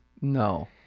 No